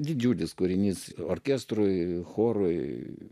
didžiulis kūrinys orkestrui chorui